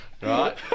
Right